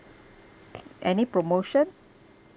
any promotion